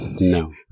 no